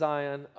Zion